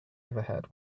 overhead